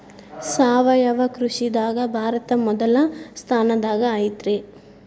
ಸಾವಯವ ಕೃಷಿದಾಗ ಭಾರತ ಮೊದಲ ಸ್ಥಾನದಾಗ ಐತ್ರಿ